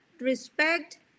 respect